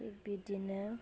थिक बिदिनो